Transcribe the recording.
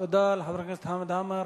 תודה לחבר הכנסת חמד עמאר.